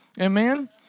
Amen